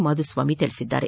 ಮಾಧುಸ್ವಾಮಿ ಹೇಳಿದ್ದಾರೆ